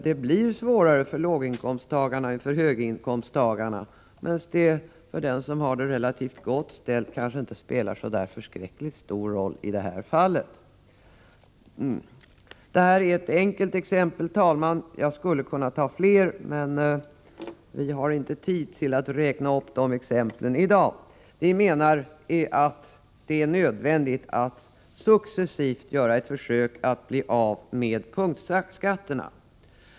Det blir svårare för låginkomsttagarna än för höginkomsttagarna. För den som har det relativt gott ställt kanske skatten inte spelar så där förskräckligt stor roll i det här fallet. Detta är ett enkelt exempel, herr talman, jag skull kunna ta fler, men vi har inte tid att räkna upp de exemplen i dag. Vi menar att det är nödvändigt att successivt göra ett försök att bli av med punktskatterna.